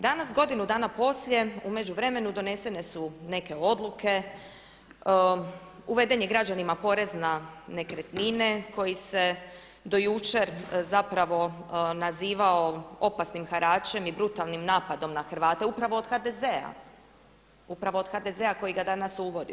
Danas, godinu dana poslije, u međuvremenu donesene su neke odluke, uveden je građanima porez na nekretnine koji se do jučer zapravo nazivao opasnim haračem i brutalnim napadom na Hrvate, upravo od HDZ-a, upravo od HDZ-a koji ga danas uvodi.